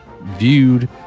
viewed